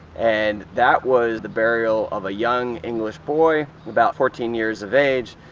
and that was the burial of a young english boy, about fourteen years of age,